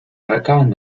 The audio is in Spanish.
acaban